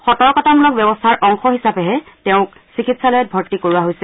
সতৰ্কতামূলক ব্যৱস্থাৰ অংশ হিচাপেহে তেওঁক চিকিৎসালয়ত ভৰ্তি কৰোৱা হৈছে